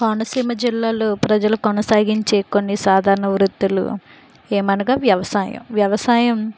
కోనసీమ జిల్లాలో ప్రజలు కొనసాగించే కొన్ని సాధారణ వృత్తులు ఏమనగా వ్యవసాయం వ్యవసాయం